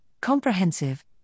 comprehensive